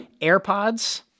AirPods